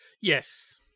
Yes